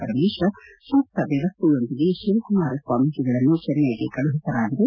ಪರಮೇಶ್ವರ್ ಸೂಕ್ತ ವ್ಯವಸ್ಥೆಯೊಂದಿಗೆ ಶಿವಕುಮಾರ ಸ್ವಾಮೀಜಿಗಳನ್ನು ಚೆನ್ನೈಗೆ ಕಳುಹಿಸಲಾಗಿದೆ